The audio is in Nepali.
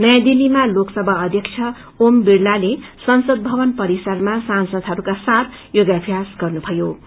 नयोँ दिल्लीमा लोकसभा अध्यक्ष ओम बिङ्लाले संसद भवन परिसरमा सांसदहरूका साथ योगाम्यास गर्नुभये